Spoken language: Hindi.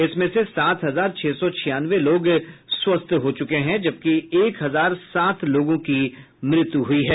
इसमें से सात हजार छह सौ छियानवे लोग स्वस्थ हो चूके हैं जबकि एक हजार सात लोगों की मृत्यु हुई है